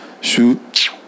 Shoot